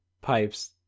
pipes